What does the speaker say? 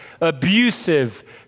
abusive